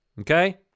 Okay